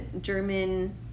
German